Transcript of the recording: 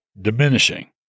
diminishing